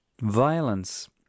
violence